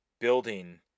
building